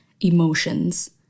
emotions